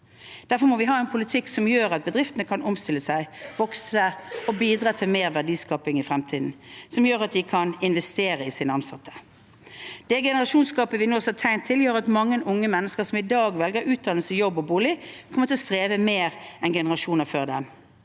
Derfor må vi ha en politikk som gjør at bedriftene kan omstille seg, vokse og bidra til mer verdiskaping i fremtiden, som gjør at de kan investere i sine ansatte. Det generasjonsgapet vi nå ser tegn til, gjør at mange unge mennesker som i dag velger utdannelse, jobb og bolig, kommer til å streve mer enn generasjoner før dem.